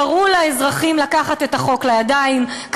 קראו לאזרחים לקחת את החוק לידיים,